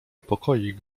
pokoik